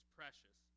precious